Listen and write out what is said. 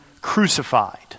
crucified